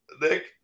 Nick